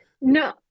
No